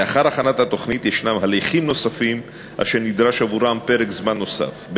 לאחר הכנת התוכנית יש הליכים נוספים אשר נדרש עבורם פרק זמן נוסף,